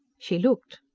she looked.